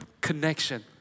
connection